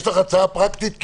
יש לך הצעה פרקטית?